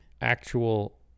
actual